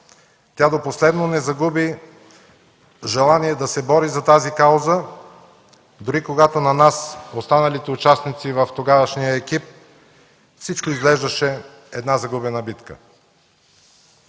Тя до последно не загуби желание да се бори за тази кауза, дори когато на нас, останалите участници в тогавашния екип, всичко изглеждаше една загубена битка.